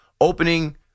opening